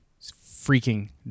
freaking